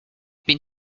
been